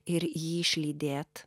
ir jį išlydėt